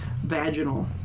vaginal